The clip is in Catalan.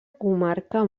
comarca